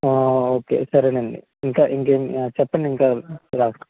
okay సరేనండి ఇంకా ఇంకేమి చెప్పండి ఏం కావాలో రాసుకుంటానూ